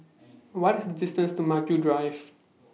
What IS The distance to Maju Drive